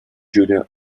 junior